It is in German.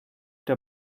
der